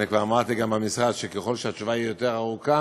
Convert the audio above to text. ואני כבר אמרתי גם במשרד שככל שהתשובה היא יותר ארוכה,